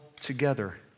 together